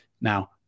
now